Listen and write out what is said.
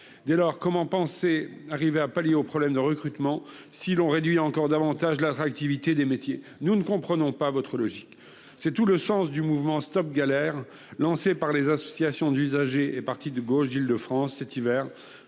Dès lors, comment pallier les problèmes de recrutement si l'on réduit encore davantage l'attractivité des métiers ? Nous ne comprenons pas votre logique Le mouvement « Stop galère » a été lancé par les associations d'usagers et partis de gauche d'Île-de-France cet hiver